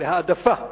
להעדפה,